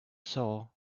sow